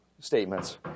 statements